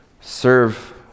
serve